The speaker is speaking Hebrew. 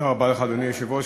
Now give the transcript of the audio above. אדוני היושב-ראש,